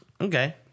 okay